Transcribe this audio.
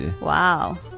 Wow